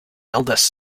eldest